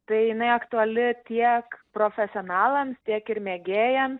tai jinai aktuali tiek profesionalams tiek ir mėgėjams